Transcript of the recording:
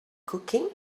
cooking